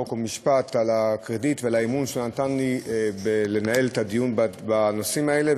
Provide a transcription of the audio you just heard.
חוק ומשפט על הקרדיט ועל האמון שנתן בי לנהל את הדיון בנושאים האלה.